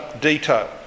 detail